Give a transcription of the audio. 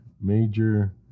major